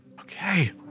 Okay